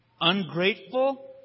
ungrateful